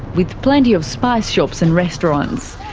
with plenty of spice shops and restaurants.